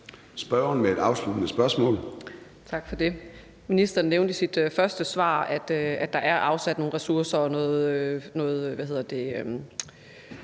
Spørgeren med et afsluttende spørgsmål.